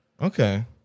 Okay